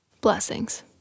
Blessings